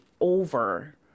over